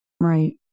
Right